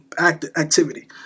activity